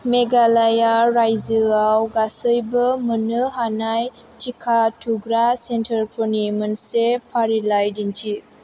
मेघालया रायजोआव गासैबो मोन्नो हानाय टिका थुग्रा सेन्टारफोरनि मोनसे फारिलाइ दिन्थि